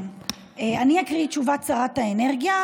אני אקריא את תשובת שרת האנרגיה,